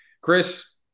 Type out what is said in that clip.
Chris